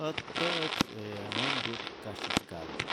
Ät tä'ak ee wi'nhku't kasyi caldo,